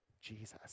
Jesus